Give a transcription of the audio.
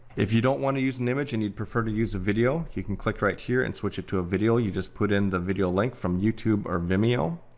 if you don't wanna use an image and you prefer to use a video, you can click right here, and switch it to a video. you just put in the video link from youtube or vimeo.